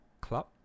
club